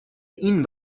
این